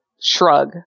shrug